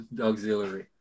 auxiliary